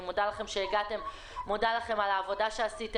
אני מודה לכם שהגעתם לדיון ואני מודה לכם על העבודה שעשיתם.